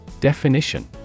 Definition